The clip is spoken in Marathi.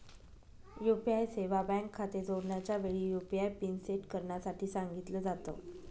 यू.पी.आय सेवा बँक खाते जोडण्याच्या वेळी, यु.पी.आय पिन सेट करण्यासाठी सांगितल जात